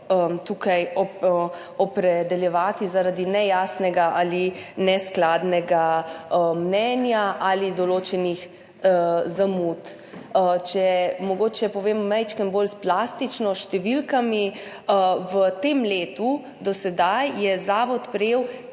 tukaj opredeljevati zaradi nejasnega ali neskladnega mnenja ali določenih zamud. Če mogoče povem malo bolj plastično, s številkami. V tem letu je do sedaj zavod prejel